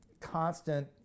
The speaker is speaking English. Constant